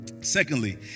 Secondly